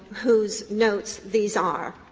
whose notes these are,